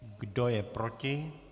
Kdo je proti?